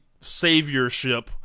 saviorship